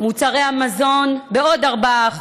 מוצרי המזון, בעוד 4%,